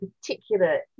particular